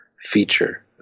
feature